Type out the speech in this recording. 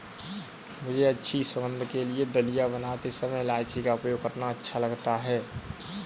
मुझे अच्छी सुगंध के लिए दलिया बनाते समय इलायची का उपयोग करना अच्छा लगता है